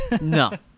No